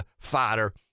fighter